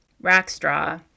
Rackstraw